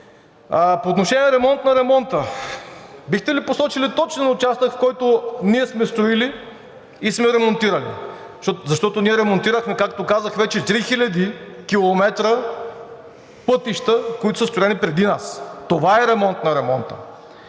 По отношение на „ремонт на ремонта“. Бихте ли посочили точен участък, в който ние сме строили и сме ремонтирали, защото ние ремонтирахме, както казах вече 3000 километра пътища, които са строени преди нас?! Това е „ремонт на ремонта“.